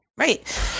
Right